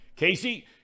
Casey